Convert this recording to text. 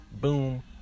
Boom